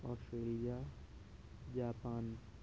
Australia Japan